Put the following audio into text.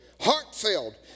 heartfelt